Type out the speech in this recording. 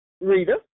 Rita